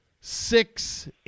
six